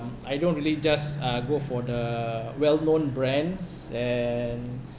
I don't really just uh go for the well known brands and